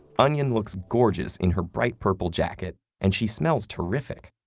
onion looks gorgeous in her bright purple jacket, and she smells terrific.